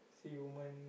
see women